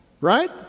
Right